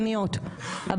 התואר צריך לקבל את המקום שלו,